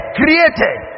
created